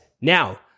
Now